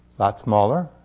lot smaller.